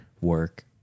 work